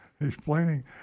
explaining